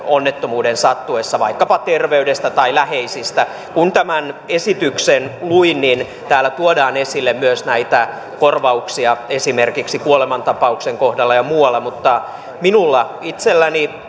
onnettomuuden sattuessa vaikkapa heidän terveydestään tai läheisistään kun tämän esityksen luin niin täällä tuodaan esille myös korvauksia esimerkiksi kuolemantapauksen kohdalla ja muualla mutta minulla itselläni